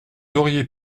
auriez